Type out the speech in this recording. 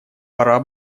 пора